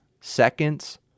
seconds